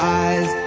eyes